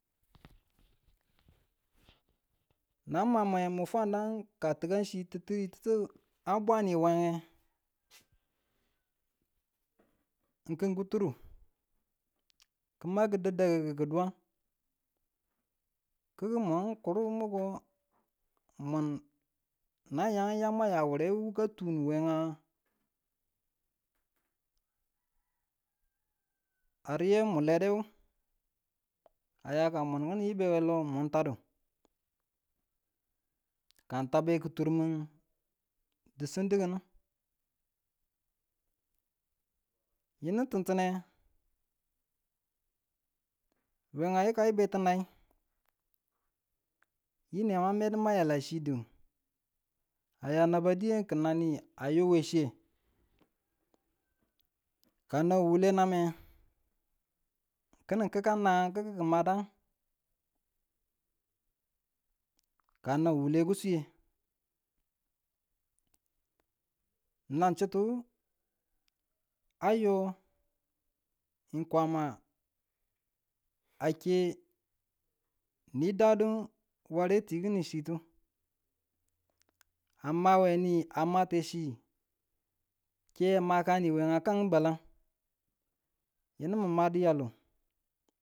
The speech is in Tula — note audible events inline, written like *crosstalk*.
*noise* Nang ma me n fwandang ka chi titti titu a bwane wenge kun kituru kinma ki da̱ng da̱ki̱ki ki diwang, kiki mwang kuru miko mwun nayang yama ya wure wuka tunu wengw, a riye mu lede? aya ka mun kini yibbe we lo mun tadu, kan tak be ki tirmin di siin dikinu, yinu tintine we a yikayu be ti nai, yi ne ma mwedu ma yala chidu aya naba diye kin nanmi ayo we chiye ka nau wuwule namme, kinin kikang nanang ki made ka nan wule kiswiye nan chutu ayo n kwama ake nidadu ware ti kinu chitu amawe ni amate chi keng amani a kangu balan yinu muma diyalu.